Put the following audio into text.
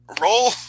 roll